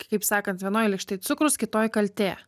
kaip sakant vienoj lėkštėj cukrus kitoj kaltė